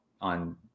on